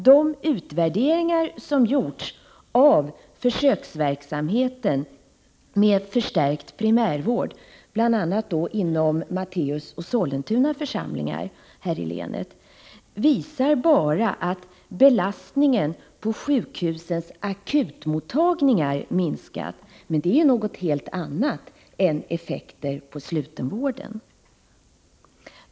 De utvärderingar som gjorts av försöksverksamheten med förstärkt primärvård, bl.a. inom Matteus och Sollentuna församlingar här i länet, visar bara att belastningen på sjukhusens akutmottagningar minskat, men detta är något annat än effekter på slutenvården.